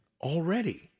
already